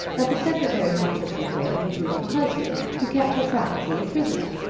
that the secretary helped her to get away from her brute of a husband, who kept her practically a prisoner?